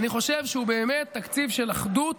אני חושב שהוא באמת תקציב של אחדות,